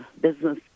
business